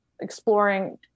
exploring